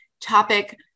topic